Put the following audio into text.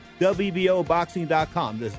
wboboxing.com